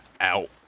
out